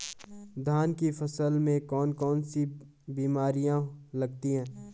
धान की फसल में कौन कौन सी बीमारियां लगती हैं?